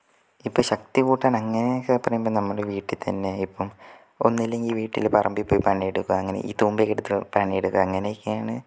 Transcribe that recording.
ഇപ്പം ശക്തി കൂട്ടണ എങ്ങനെ ഒക്കെ പറയുമ്പം നമ്മുടെ വീട്ടിൽ തന്നെ ഇപ്പം ഒന്നുല്ലങ്കിൽ വീട്ടിൽ പറമ്പിൽ പോയി പണി എടുക്കുക അങ്ങനെ ഈ തൂമ്പ ഒക്കെ എടുത്ത് പണി എടുക്കുക അങ്ങനെയൊക്കെയാണ്